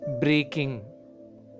breaking